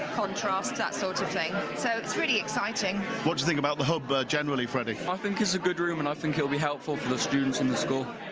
contrast that sort of thing, so it's really exciting what do you think about the hub but generally freddy? i think it's a good room and i think it will be helpful for the students in the school